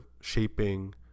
shaping